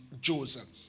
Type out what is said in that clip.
Joseph